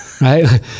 Right